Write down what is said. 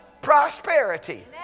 prosperity